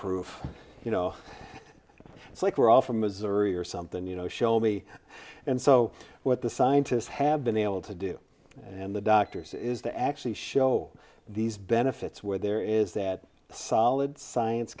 proof you know it's like we're all from missouri or something you know show me and so what the scientists have been able to do and the doctor's is to actually show these benefits where there is that solid science